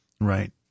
Right